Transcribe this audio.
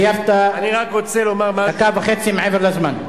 סיימת דקה וחצי מעבר לזמן.